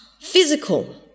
physical